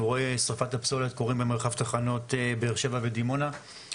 אירועי שריפת הפסולת קורים במרחב תחנות באר שבע ודימונה.